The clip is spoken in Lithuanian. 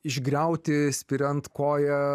išgriauti spiriant koja